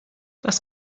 das